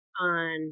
on